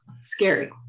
scary